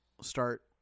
start